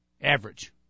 Average